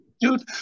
dude